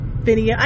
video